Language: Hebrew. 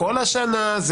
כל השנה,